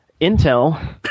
Intel